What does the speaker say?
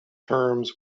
terms